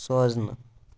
سوزنہٕ